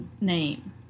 name